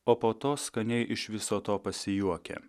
o po to skaniai iš viso to pasijuokia